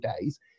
days